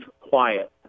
quiet